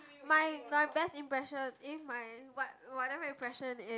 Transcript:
my my best impression eh my what whatever impression is